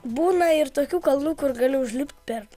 būna ir tokių kalnų kur galiu užlipti per